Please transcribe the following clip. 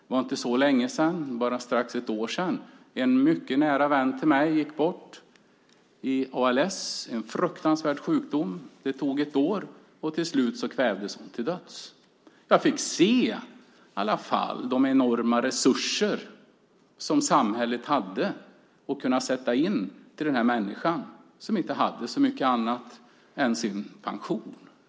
Det var inte så länge sedan, bara drygt ett år, som en mycket nära vän till mig gick bort i ALS, en fruktansvärd sjukdom. Det tog ett år, och till slut kvävdes hon till döds. Jag fick i alla fall se de enorma resurser som samhället hade att sätta in för denna människa som inte hade så mycket mer än sin pension.